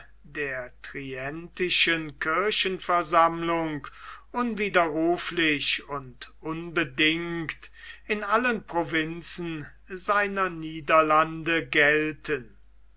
der trientischen kirchenversammlung unwiderruflich und unbedingt in allen provinzen seiner niederlande gelten